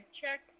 check